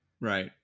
Right